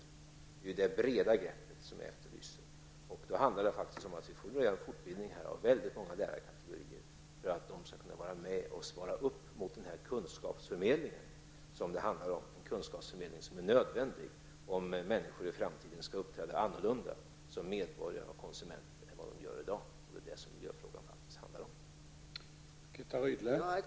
Det är det breda greppet som jag efterlyser, och då handlar det om att vi får lov att påbörja en fortbildning av väldigt många lärarkategorier för att dessa skall kunna svara upp mot den kunskapsförmedling det handlar om, en kunskapsförmedling som är nödvändig om människor i framtiden skall uppträda annorlunda som medborgare och konsumenter än vad de gör i dag. Det är vad miljöfrågan faktiskt handlar om.